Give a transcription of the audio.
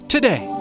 Today